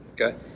okay